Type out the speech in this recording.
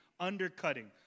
undercutting